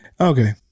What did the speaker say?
Okay